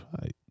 right